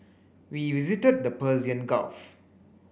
we visited the Persian Gulf